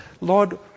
Lord